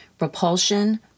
Repulsion